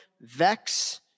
Vex